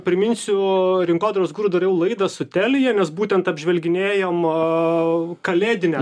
priminsiu rinkodaros guru dariau laidą su telija nes būtent apžvelginėjom a kalėdinę